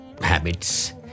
habits